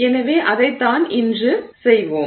எனவே அதைத்தான் இன்று செய்வோம்